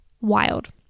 wild